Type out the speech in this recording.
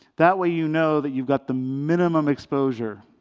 that way, you know that you've got the minimum exposure.